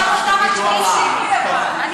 חשבתי שתגידי ואללה, טוב.